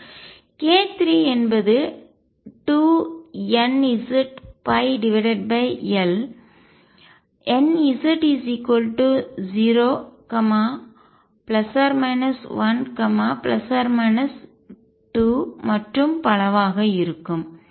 மேலும் k3 என்பது 2nzL nz0±1±2 மற்றும் பலவாக இருக்கும்